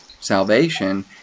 salvation